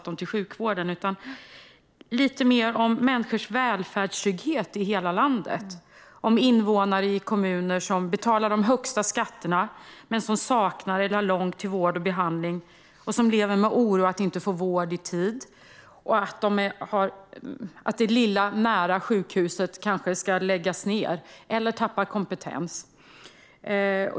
Jag vill höra lite mer om människors välfärdstrygghet i hela landet, om invånare i kommuner som betalar de högsta skatterna men som saknar eller har långt till vård och behandling och som lever med en oro att inte få vård i tid och att det lilla närliggande sjukhuset ska läggas ned eller tappa kompetens.